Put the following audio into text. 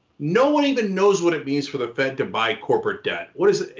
no one even knows what it means for the fed to buy corporate debt. what is it?